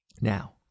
Now